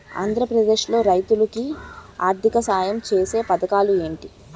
ఆంధ్రప్రదేశ్ లో రైతులు కి ఆర్థిక సాయం ఛేసే పథకాలు ఏంటి?